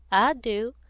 i do.